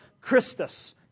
christus